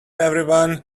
everyone